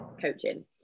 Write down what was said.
coaching